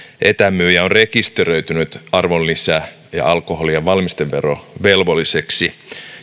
etämyyjä on rekisteröitynyt arvonlisä ja alkoholi ja valmisteverovelvolliseksi